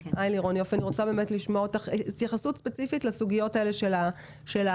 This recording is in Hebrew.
אני רוצה לשמוע אותך ולקבל התייחסות ספציפית לסוגיות האלה של הצלבת